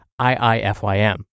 IIFYM